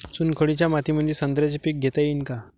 चुनखडीच्या मातीमंदी संत्र्याचे पीक घेता येईन का?